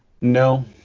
No